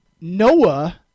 Noah